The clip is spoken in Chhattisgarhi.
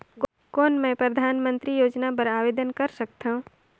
कौन मैं परधानमंतरी योजना बर आवेदन कर सकथव?